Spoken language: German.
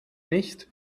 nicht